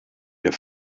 wir